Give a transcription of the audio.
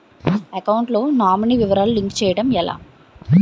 Account లో nominee వివరాలు link చేయటం ఎలా?